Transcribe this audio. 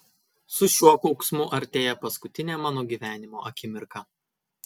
su šiuo kauksmu artėja paskutinė mano gyvenimo akimirka